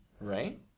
right